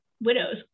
Widows